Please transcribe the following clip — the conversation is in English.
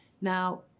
Now